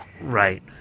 right